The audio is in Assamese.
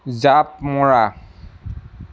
জাঁপ মৰা